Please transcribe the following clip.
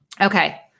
Okay